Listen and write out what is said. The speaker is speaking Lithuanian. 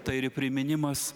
tai ir priminimas